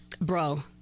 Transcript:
bro